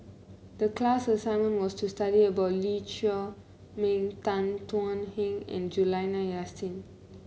the class assignment was to study about Lee Chiaw Meng Tan Thuan Heng and Juliana Yasin